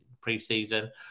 pre-season